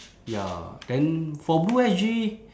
ya then for blue S_G